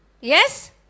Yes